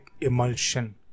emulsion